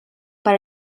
per